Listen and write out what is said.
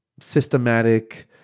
systematic